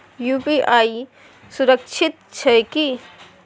UPI सुरक्षित छै की?